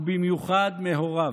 ובמיוחד מהוריו.